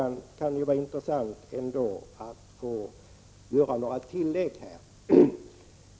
Jag vill ändock i sakfrågan göra några tillägg.